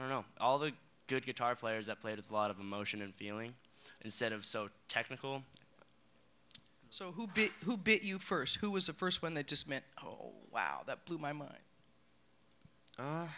don't know all the good guitar players that played a lot of emotion and feeling instead of so technical so who bit who bit you first who was a first one that just meant oh wow that blew my mind